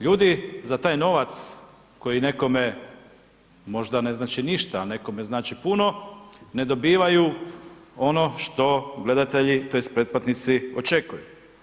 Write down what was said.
Ljudi za taj novac, koji nekome možda ne znači ništa, a nekome znači puno, ne dobivaju ono što gledatelji tj. pretplatnici očekuju.